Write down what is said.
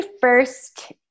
first